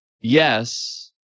yes